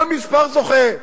כל מספר זוכה,